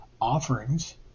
offerings